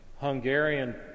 Hungarian